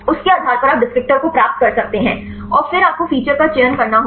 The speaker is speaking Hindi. उसके आधार पर आप डिस्क्रिप्टर को प्राप्त कर सकते हैं और फिर आपको फीचर का चयन करना होगा